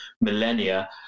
millennia